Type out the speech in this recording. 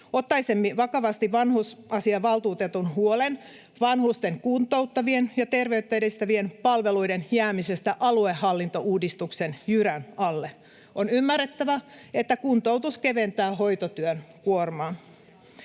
Ottaisimme vakavasti vanhusasiavaltuutetun huolen vanhusten kuntouttavien ja terveyttä edistävien palveluiden jäämisestä aluehallintouudistuksen jyrän alle. On ymmärrettävä, että kuntoutus keventää hoitotyön kuormaa.